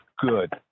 good